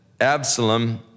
Absalom